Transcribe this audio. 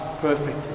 perfect